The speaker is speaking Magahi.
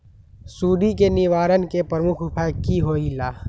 सुडी के निवारण के प्रमुख उपाय कि होइला?